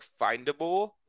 findable